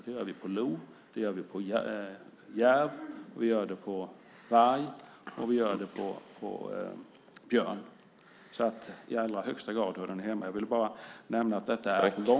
Det gör vi på lo, järv, varg och björn.